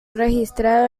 registrado